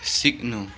सिक्नु